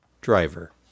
driver